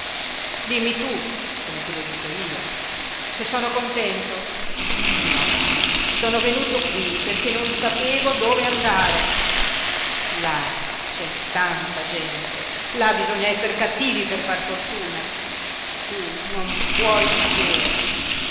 dimmi tu come te lo dico io se sono contento no sono venuto qui perché non sapevo dove andare là c'è tanta gente là bisogna esser cattivi per far fortuna tu non puoi sapere